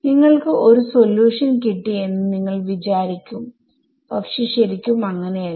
നിങ്ങൾക്ക് ഒരു സൊല്യൂഷൻ കിട്ടി എന്ന് നിങ്ങൾ വിചാരിക്കും പക്ഷേ ശരിക്കും അങ്ങനെയല്ല